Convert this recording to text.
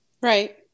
Right